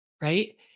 right